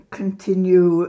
continue